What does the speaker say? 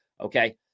okay